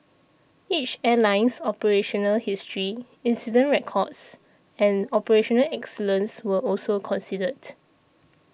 each airline's operational history incident records and operational excellence were also considered